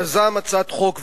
יזם הצעת חוק,